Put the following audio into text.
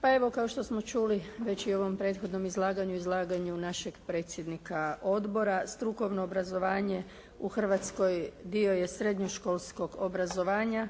Pa evo kao što smo čuli već i u ovom uvodnom izlaganju, izlaganju našeg predsjednika Odbora, strukovno obrazovanje u Hrvatskoj dio je srednjoškolskog obrazovanja,